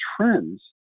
trends